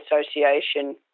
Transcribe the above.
Association